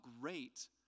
great